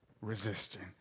Resisting